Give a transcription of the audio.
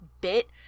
bit